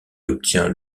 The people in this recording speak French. obtient